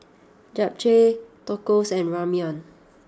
Japchae Tacos and Ramyeon